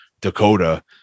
Dakota